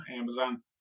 Amazon